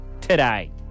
today